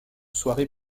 soirées